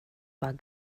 war